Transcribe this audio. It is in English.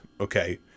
okay